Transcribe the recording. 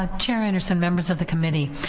ah chair anderson, members of the committee